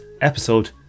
episode